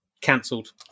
cancelled